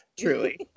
truly